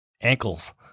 Ankles